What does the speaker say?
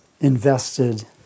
invested